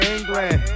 England